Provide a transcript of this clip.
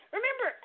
Remember